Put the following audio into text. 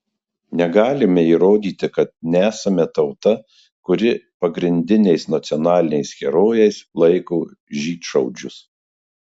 negalime įrodyti kad nesame tauta kuri pagrindiniais nacionaliniais herojais laiko žydšaudžius